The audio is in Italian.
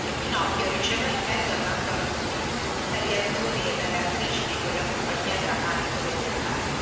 che pinocchio ricevé in mezzo a tanto arruffio dagli attori e dalle attrici di quella compagnia drammatico vegetale